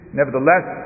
nevertheless